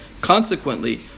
Consequently